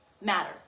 matter